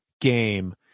game